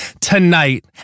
Tonight